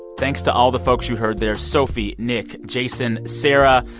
thanks to all the folks you heard there sophie, nick, jason, sarah,